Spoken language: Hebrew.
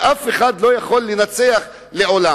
שאף אחד לא יכול לנצח לעולם.